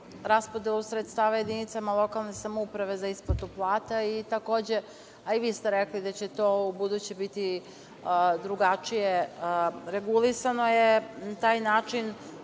raspodelu sredstava jedinicama lokalne samouprave za isplatu plata i takođe, a i vi ste rekli da će to ubuduće biti drugačije regulisano, taj način